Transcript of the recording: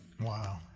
Wow